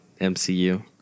MCU